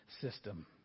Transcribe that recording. system